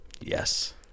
Yes